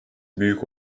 büyük